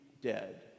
dead